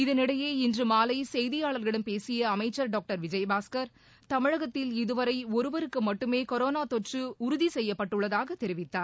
இதனிடையே இன்றமாலைசெய்தியாளர்களிடம் பேசியஅமைச்சர் டாக்டர் விஜயபாஸ்கர் தமிழகத்தில் இதுவரைஒருவருக்குமட்டுமேகொரோனாஉறுதிசெய்யப்பட்டுள்ளதாகதெரிவித்தார்